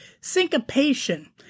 syncopation